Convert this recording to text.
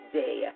day